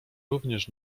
również